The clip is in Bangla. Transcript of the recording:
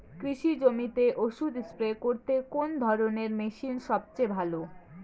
কৃষি জমিতে ওষুধ স্প্রে করতে কোন ধরণের মেশিন সবচেয়ে ভালো?